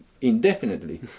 indefinitely